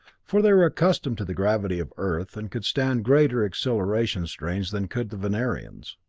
for they were accustomed to the gravity of earth and could stand greater acceleration strains than could the venerians.